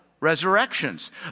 resurrections